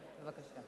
בבקשה.